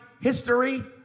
history